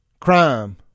crime